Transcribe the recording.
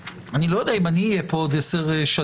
אני לא יודע אם אני אהיה פה עוד 10 שנים,